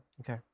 Okay